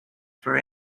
for